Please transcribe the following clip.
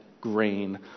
grain